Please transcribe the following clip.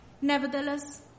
Nevertheless